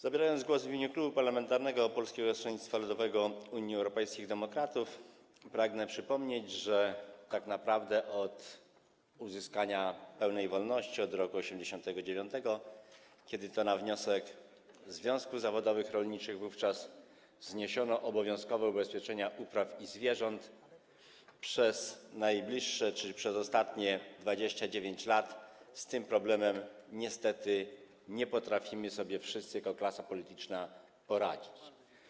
Zabierając głos w imieniu Klubu Poselskiego Polskiego Stronnictwa Ludowego - Unii Europejskich Demokratów, pragnę przypomnieć, że tak naprawdę od uzyskania pełnej wolności, od roku 1989, kiedy to na wniosek związków zawodowych rolniczych wówczas zniesiono obowiązkowe ubezpieczenia upraw i zwierząt, przez ostatnie 29 lat z tym problemem niestety nie potrafimy sobie wszyscy jako klasa polityczna poradzić.